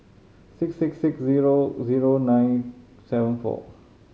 six six six zero zero nine seven four